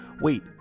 wait